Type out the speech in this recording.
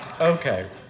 Okay